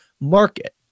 market